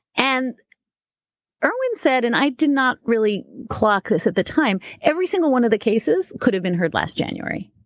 and erwin said, and i did not really clock this at the time, every single one of the cases could have been heard last january,